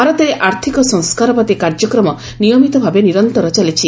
ଭାରତରେ ଆର୍ଥକ ସଂସ୍କାରବାଦୀ କାର୍ଯ୍ୟକ୍ରମ ନିୟମିତଭାବେ ନିରନ୍ତର ଚାଲିଛି